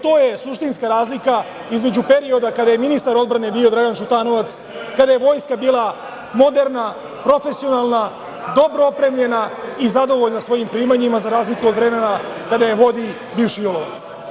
To je suštinska razlika između perioda kada je ministar odbrane bio Dragan Šutanovac, kada je vojska bila moderna, profesionalna, dobro opremljena i zadovoljna svojim primanjima za razliku od vremena kada je vodi bivši julovac.